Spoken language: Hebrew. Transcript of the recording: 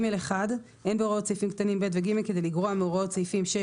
(ג1) אין בהוראות סעיפים קטנים (ב) ו-(ג) כדי לגרוע מהוראות סעיפים 6,